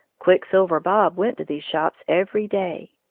quicksilver bob went to these shops every day.